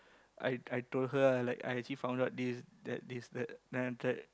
I I told her lah like I actually found out this that this that then after that